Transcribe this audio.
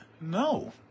no